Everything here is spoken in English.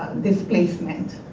this placement.